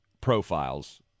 profiles